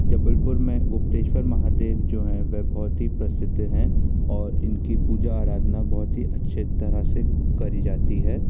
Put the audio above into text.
जबलपुर में गुप्तेश्वर महादेव जो हैं वह बहुत ही प्रसिद्ध हैं और इनकी पूजा आराधना बहुत ही अच्छे तरह से करी जाती है